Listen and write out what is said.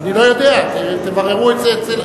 אני לא יודע, תבררו את זה אצלכם.